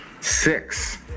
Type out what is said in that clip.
six